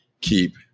keep